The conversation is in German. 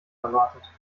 erwartet